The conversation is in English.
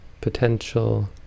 potential